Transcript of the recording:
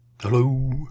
Hello